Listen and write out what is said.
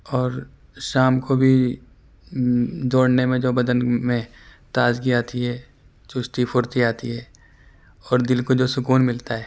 اور شام کو بھی دوڑنے میں جو بدن میں تازگی آتی ہے چستی پھرتی آتی ہے اور دل کو جو سکون ملتا ہے